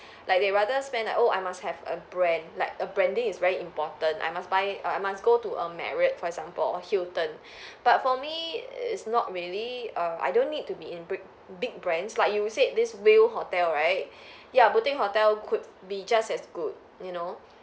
like they rather spend like oh I must have a brand like a branding is very important I must buy I must go to a Marriott for example Hilton but for me it's not really err I don't need to be in bri~ big brands like you said this veil hotel right yeah boutique hotel could be just as good you know